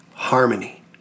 Harmony